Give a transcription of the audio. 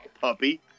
puppy